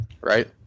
Right